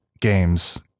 games